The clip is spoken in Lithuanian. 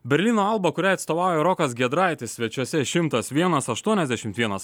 berlyno alba kuriai atstovauja rokas giedraitis svečiuose šimtas vienas aštuoniasdešimt vienas